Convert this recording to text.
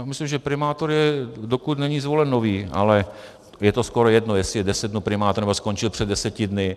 Myslím, že primátor je, dokud není zvolen nový, ale je to skoro jedno, jestli je deset dnů primátor, nebo skončil před deseti dny.